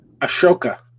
Ashoka